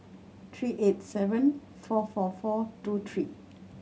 three eight seven four four four two three